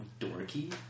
dorky